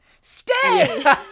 stay